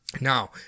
Now